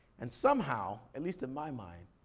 and somehow, at least in my mind,